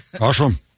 Awesome